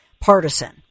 partisan